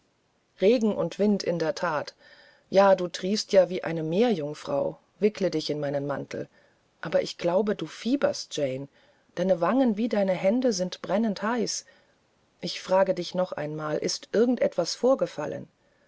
regen und wind in der that ja du triefst ja wie eine meerjungfrau wickle dich in meinen mantel aber ich glaube du fieberst jane deine wangen wie deine hände sind brennend heiß ich frage dich noch einmal ist irgend etwas vorgefallen